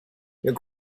your